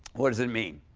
what does it mean?